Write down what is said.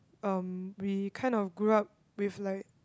um we kind of grew up with like